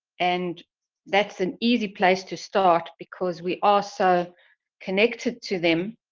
and that's an easy place to start because we are so connected to them,